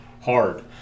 Hard